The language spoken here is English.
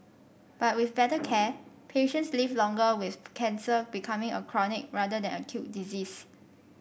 but with better care patients live longer with cancer becoming a chronic rather than acute disease